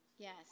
Yes